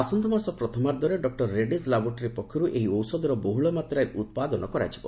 ଆସନ୍ତା ମାସ ପ୍ରଥମାର୍ଦ୍ଧରେ ଡକ୍କର ରେଡ୍ରିକ୍ ଲାବୋରେଟୋରୀ ପକ୍ଷରୁ ଏହି ଔଷଧର ବହୁଳ ମାତ୍ରାରେ ଉତ୍ପାଦନ କରାଯିବ